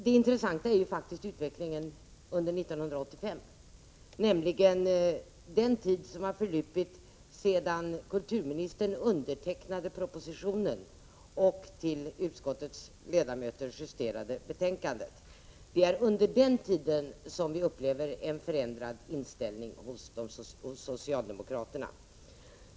Det intressanta är ju faktiskt utvecklingen under 1985 — under den tid som har förlupit sedan kulturministern undertecknade propositionen och till dess att utskottets ledamöter justerade betänkandet. Det är under denna tid som vi upplevt en förändrad inställning hos socialdemokraterna.